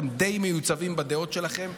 אתם די מיוצבים בדעות שלכם,